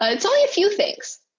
ah it's only a few things,